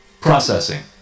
Processing